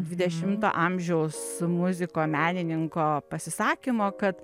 dvidešimto amžiaus muziko menininko pasisakymo kad